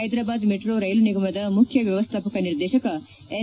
Hyderabad metro rail ನಿಗಮದ ಮುಖ್ಯ ವ್ಯವಸ್ತಾಪಕ ನಿರ್ದೇಶಕ ಎನ್